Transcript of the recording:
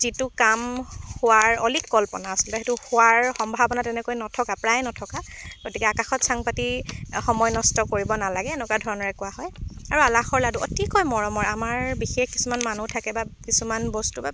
যিটো কাম হোৱাৰ অলিক কল্পনা আচলতে সেইটো হোৱাৰ সম্ভাৱনা তেনেকৈ নথকা প্ৰায় নথকা গতিকে আকাশত চাং পাতি সময় নষ্ট কৰিব নালাগে এনেকুৱা ধৰণেৰে কোৱা হয় আৰু আলাসৰ লাডু অতিকৈ মৰমৰ আমাৰ বিশেষ কিছুমান মানুহ থাকে বা কিছুমান বস্তু বা